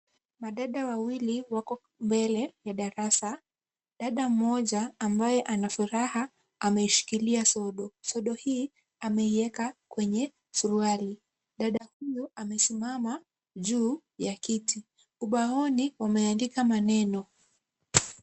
Madada wawili wako mbele ya darasa. Dada mmoja ambaye ana furaha ameishikilia sodo. Sodo hii ameieka kwenye suruali. Dada huyu amesimama juu ya kiti. Ubaoni wameandika maneno.